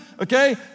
okay